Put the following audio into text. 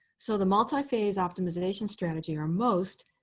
so the multi-phase optimization strategy, or most,